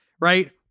right